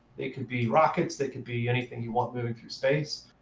they could be rockets. they could be anything you want moving through space.